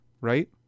right